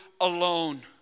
alone